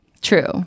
True